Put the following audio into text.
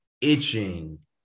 Itching